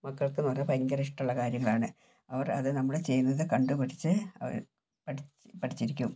മക്കൾക്കെന്ന് പറഞ്ഞാൽ ഭയങ്കര ഇഷ്ട്ടമുള്ള കാര്യങ്ങളാണ് അവർ അത് നമ്മളെ ചെയ്യുന്നത് കണ്ടു പഠിച്ച് അവർ പഠിച്ച് പഠിച്ചിരിക്കും